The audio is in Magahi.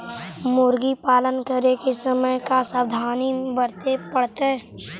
मुर्गी पालन करे के समय का सावधानी वर्तें पड़तई?